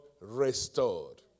restored